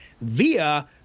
via